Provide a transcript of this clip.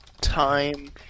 Time